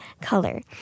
color